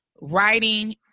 writing